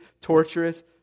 torturous